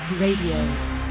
Radio